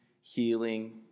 healing